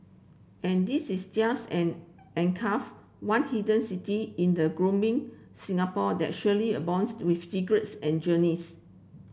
and this is just an an one hidden city in a Singapore that surely abounds with secrets and journeys